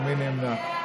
מי נמנע?